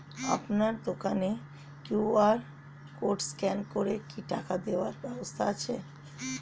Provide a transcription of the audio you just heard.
আপনার দোকানে QR code scan করে কি টাকা দেওয়ার ব্যবস্থা আছে?